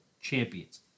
champions